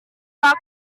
pak